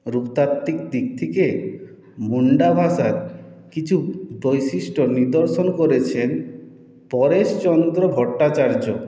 রূপতাত্ত্বিক দিক থেকে মুন্ডা ভাষার কিছু বৈশিষ্ট্য নিদর্শন করেছেন পরেশচন্দ্র ভট্টাচার্য্য